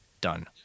Done